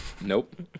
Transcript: Nope